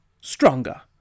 Stronger